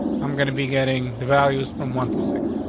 i'm going to be getting the values from one to six.